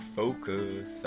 focus